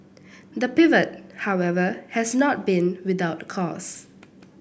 the pivot however has not been without costs